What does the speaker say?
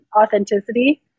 authenticity